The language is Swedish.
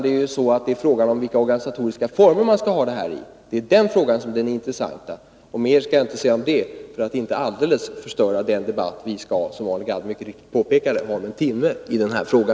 Det är frågan vilka organisatoriska former verksamheten skall bedrivas i som är den intressanta. Mer skall jag inte säga om detta, för att inte alldeles förstöra den debatt som vi, såsom Arne Gadd mycket riktigt påpekade, skall hålla om en timme i denna fråga.